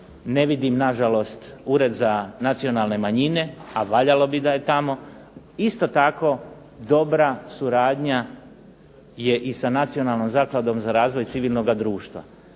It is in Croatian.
ne vidim nažalost Ured za nacionalne manjine, a valjalo bi da je tamo. Isto tako dobra suradnja je i sa Nacionalnom zakladom za razvoj civilnoga društva.